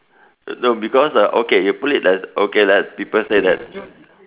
no because uh okay you put it as okay lah people say that